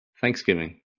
Thanksgiving